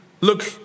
look